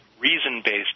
reason-based